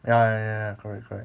ya correct correct